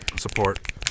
support